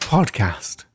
Podcast